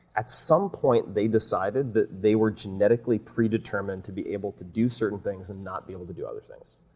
at some point they decided that they were genetically predetermined to be able to do certain things and not be able to do other things.